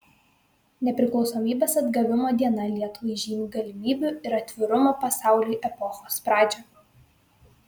nepriklausomybės atgavimo diena lietuvai žymi galimybių ir atvirumo pasauliui epochos pradžią